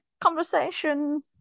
conversation